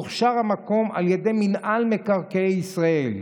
הוכשר המקום על ידי מינהל מקרקעי ישראל,